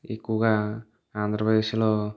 ఎక్కువగా ఆంధ్రప్రదేశ్లో